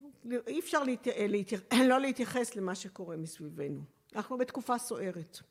אי אפשר לא להתייחס למה שקורה מסביבנו. אנחנו בתקופה סוערת.